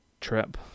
trip